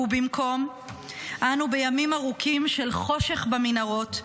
ובמקום אנו בימים ארוכים של חושך במנהרות,